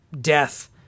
death